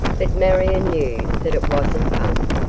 but marion knew that it wasn't bunk.